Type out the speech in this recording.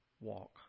walk